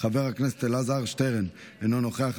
חבר הכנסת אלעזר שטרן אינו נוכח,